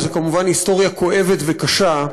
וזו כמובן היסטוריה כואבת וקשה.